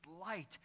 light